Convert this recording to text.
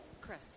Chris